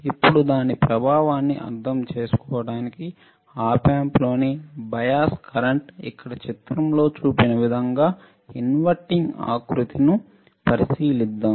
ఇప్పుడు దాని ప్రభావాన్ని అర్థం చేసుకోవడానికి Op amp లోని బయాస్ కరెంట్ ఇక్కడ చిత్రంలో చూపిన విధంగా ఇన్వర్టింగ్ ఆకృతీకరణను పరిశీలిద్దాం